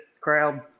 crowd